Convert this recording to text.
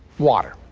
water.